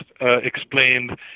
explained